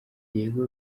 yego